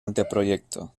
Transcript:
anteproyecto